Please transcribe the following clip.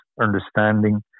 understanding